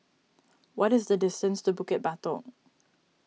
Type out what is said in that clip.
what is the distance to Bukit Batok